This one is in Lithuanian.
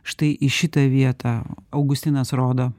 štai į šitą vietą augustinas rodo